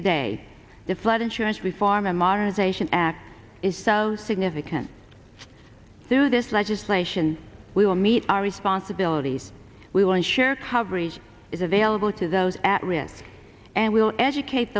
today the flood insurance reform modernization act is so significant through this legislation we will meet our responsibilities we will ensure coverage is available to those at risk and we will educate